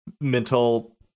mental